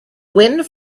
wind